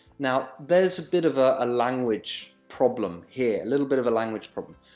now, there's a bit of a a language problem here a little bit of a language problem.